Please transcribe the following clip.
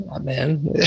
man